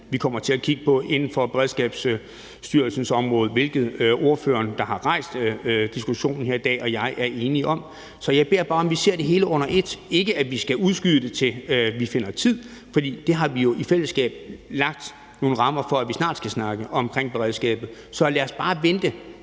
vi kommer til at kigge på indenfor Beredskabsstyrelsens område, hvilket ordføreren, der har rejst diskussionen her i dag, og jeg er enige om. Så jeg beder bare om, at vi ser det hele under ét – ikke om, at vi skal udskyde det til, at vi finder tid – for vi har jo i fællesskab lagt nogle rammer for, at vi snart skal snakke om beredskabet. Så lad os bare vente